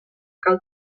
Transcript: cal